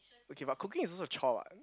okay but cooking is also a chore what